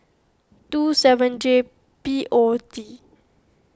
two seven J P O T